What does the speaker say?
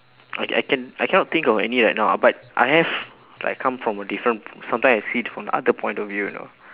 I can I can I cannot think of anything right now ah but I have like come from a different sometimes I see from the other point of view you know